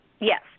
Yes